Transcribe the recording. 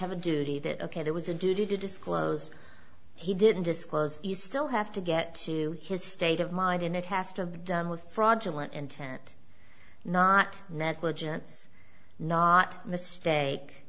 have a duty that ok there was a duty to disclose he didn't disclose you still have to get to his state of mind and it has to be done with fraudulent intact not negligence not mistake